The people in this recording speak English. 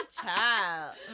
child